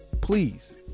Please